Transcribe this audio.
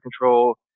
control